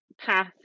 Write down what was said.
path